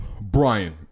brian